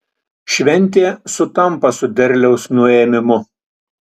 šventė sutampa su derliaus nuėmimu